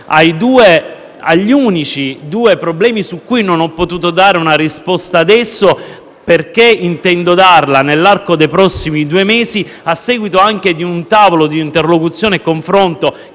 agli unici due problemi su cui non ho potuto dare una risposta adesso, perché intendo darla nell'arco dei prossimi due mesi, vista l'istituzione di un tavolo molto importante di interlocuzione e confronto